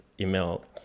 email